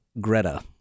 Greta